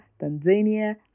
Tanzania